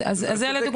אז זה חלק